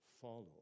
follow